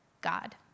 god